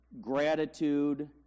gratitude